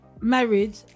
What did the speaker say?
married